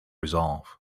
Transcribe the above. resolve